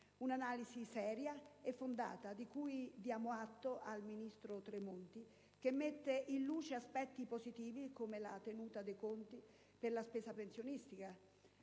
un'analisi seria e fondata - di cui diamo atto al ministro Tremonti - che mette in luce aspetti positivi, come la tenuta dei conti per la spesa pensionistica,